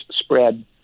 spread